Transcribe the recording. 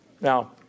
Now